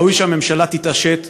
ראוי שהממשלה תתעשת,